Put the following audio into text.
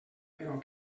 però